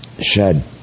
shed